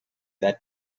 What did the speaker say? that